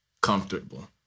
comfortable